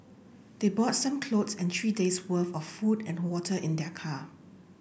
they brought some clothes and three days' worth of food and water in their car